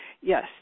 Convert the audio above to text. yes